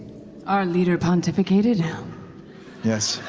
our leader pontificated. sam yes,